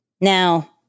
Now